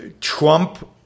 Trump